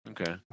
Okay